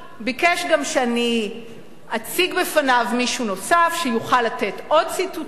ביקש גם שאני אציג בפניו מישהו נוסף שיוכל לתת עוד ציטוטים,